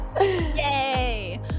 Yay